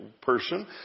person